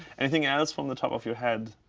anything else from the top of your head?